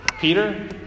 Peter